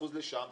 אחוז לשם,